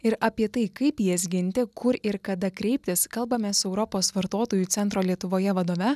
ir apie tai kaip jas ginti kur ir kada kreiptis kalbamės su europos vartotojų centro lietuvoje vadove